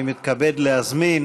אני מתכבד להזמין